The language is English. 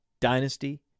dynasty